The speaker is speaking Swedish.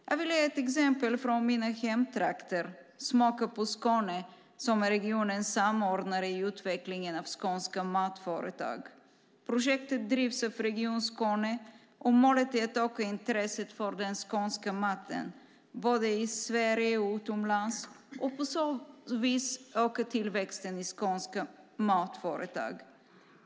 Jag vill ge ett exempel från mina hemtrakter, Smaka på Skåne, som är regionens samordnare i utvecklingen av skånska matföretag. Projektet drivs av Region Skåne, och målet är att öka intresset för den skånska maten, både i Sverige och utomlands för att på så vis öka tillväxten för skånska matföretag.